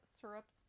syrups